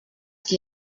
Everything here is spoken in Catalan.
qui